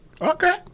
Okay